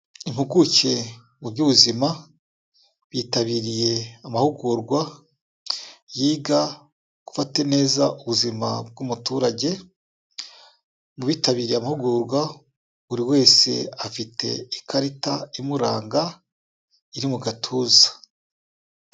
Impuguke mu by'ubuzima bitabiriye amahugurwa yiga gufata neza ubuzima bw'umuturage, mu bitabiriye amahugurwa buri wese afite ikarita imuranga iri mu gatuza.